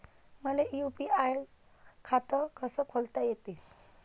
मले यू.पी.आय खातं कस खोलता येते?